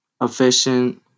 efficient